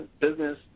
business